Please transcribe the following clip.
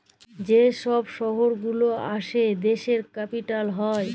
যে ছব শহর গুলা আসে দ্যাশের ক্যাপিটাল হ্যয়